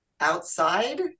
Outside